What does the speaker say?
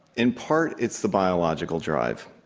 in part it's the biological drive.